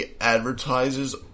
advertises